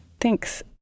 Thanks